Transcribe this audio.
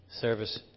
service